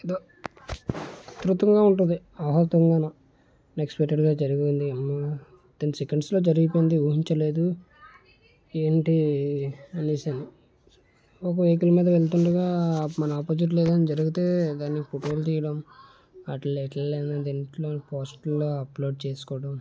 ఎదో గాను అనెక్స్పెక్టడ్గా జరిగింది అమ్మా టెన్ సెకండ్స్లో జరిగిపోయింది ఊహించలేదు ఏంటి అనేసని పాపం వెహికల్ మీద వెళ్తుండగా ఆప్ మన ఆపోజిట్లో ఏదైనా జరిగితే దానిని ఫోటోలు తీయడం వాటిల్లో వీటిల్లో దేంట్లోనో పోస్టల్లో అప్లోడ్ చేసుకోవడం